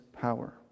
power